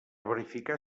verificar